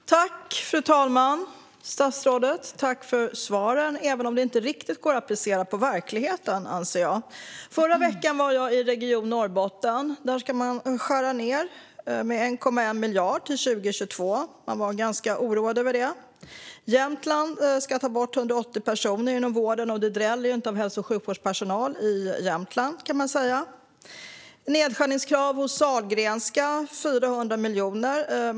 Fru talman! Jag tackar statsrådet för svaret, även om jag anser att det inte riktigt går att applicera på verkligheten. Förra veckan var jag i Region Norrbotten. Där ska man skära ned med 1,1 miljard till 2022, och man var ganska oroad över det. Jämtland ska ta bort 180 anställda inom vården, och det dräller ju inte av hälso och sjukvårdspersonal där. Sahlgrenska har nedskärningskrav på 400 miljoner.